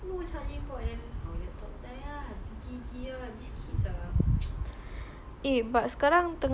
eh but sekerang tengah COVID ni tak ada orang kick you out ke you still can study at school meh